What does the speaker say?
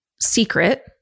secret